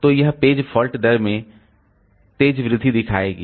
तो यह page fault दर में तेज वृद्धि दिखाएगा